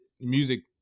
music